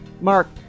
Mark